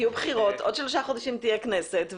יהיו בחירות, עוד שלושה חודשים תהיה כנסת.